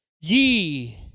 ye